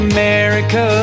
America